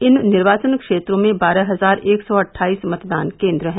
इन निर्वाचन क्षेत्रों में बारह हजार एक सौ अट्ठाइस मतदान केन्द्र हैं